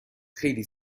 خیلی